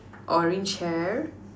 orange hair